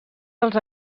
dels